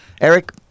Eric